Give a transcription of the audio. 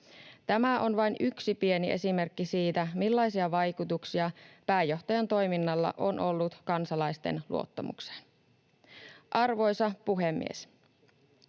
Tämä on vain yksi pieni esimerkki siitä, millaisia vaikutuksia pääjohtajan toiminnalla on ollut kansalaisten luottamukseen. Arvoisa puhemies!